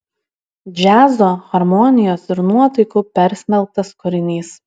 džiazo harmonijos ir nuotaikų persmelktas kūrinys